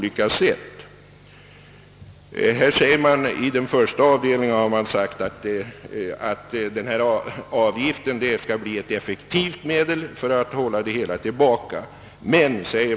I den första avdelningen har man sagt att investeringsavgiften skall bli ett effektivt medel för att hålla investeringsverksamheten tillbaka.